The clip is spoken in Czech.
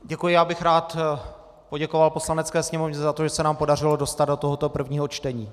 Děkuji, já bych rád poděkoval Poslanecké sněmovně za to, že se nám podařilo dostat do tohoto prvního čtení.